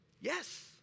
Yes